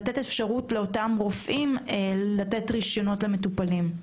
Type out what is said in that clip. לתת אפשרות לרופאים לתת רישיונות למטופלים.